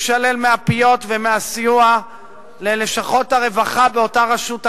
יישלל מהפיות ומהסיוע לרשויות הרווחה באותה רשות ענייה,